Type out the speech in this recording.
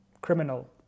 criminal